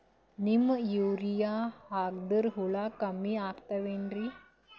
Neem urea ಹಾಕದ್ರ ಹುಳ ಕಮ್ಮಿ ಆಗತಾವೇನರಿ?